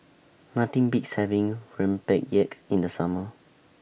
Nothing Beats having Rempeyek in The Summer